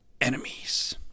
enemies